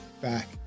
back